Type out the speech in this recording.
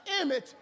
image